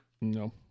No